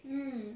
mm